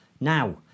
Now